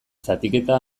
zatiketa